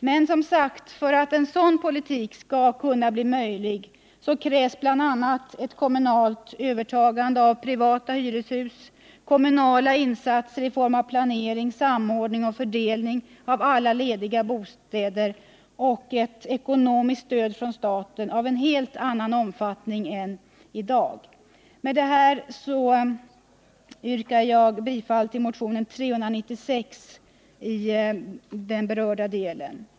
Men, som sagt, för att en sådan politik skall bli möjlig krävs bl.a. ett kommunalt övertagande av privata hyreshus, kommunala insatser i form av planering, samordning och fördelning av alla lediga bostäder och ett ekonomiskt stöd från staten av en helt annan omfattning än i dag. Med det här, herr talman, yrkar jag bifall till motionen 396 i den berörda delen.